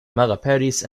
malaperis